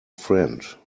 friend